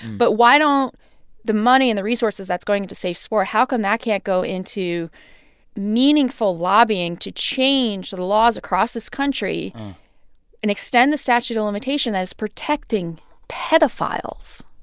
but why don't the money and the resources that's going into safesport, how come that can't go into meaningful lobbying to change the laws across this country and extend the statute of limitation that is protecting pedophiles?